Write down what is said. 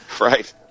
right